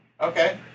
Okay